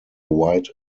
wide